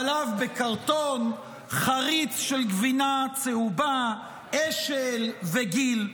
חלב בקרטון, חריץ של גבינה צהובה, אשל וגיל.